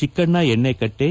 Chakkanna Ennekatte